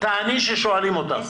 תעני כששואלים אותך.